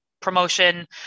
promotion